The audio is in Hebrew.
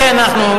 לכן אנחנו,